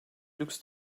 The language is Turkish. lüks